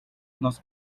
nos